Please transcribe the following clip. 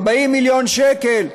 40 מיליון שקל,